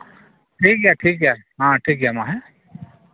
ᱴᱷᱤᱠ ᱜᱮᱭᱟ ᱴᱷᱤᱠ ᱜᱮᱭᱟ ᱦᱮᱸ ᱴᱷᱤᱠ ᱜᱮᱭᱟᱼᱢᱟ ᱦᱮᱸ